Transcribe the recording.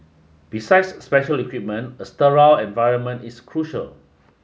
besides special equipment a sterile environment is crucial